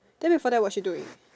then before that what she doing